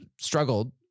struggled